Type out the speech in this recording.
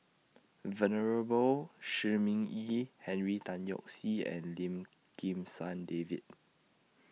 Venerable Shi Ming Yi Henry Tan Yoke See and Lim Kim San David